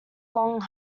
long